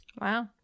Wow